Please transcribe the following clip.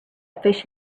fish